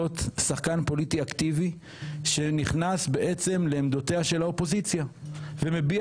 שחקן פוליטי אקטיבי שנכנס לעמדותיה של האופוזיציה ומביע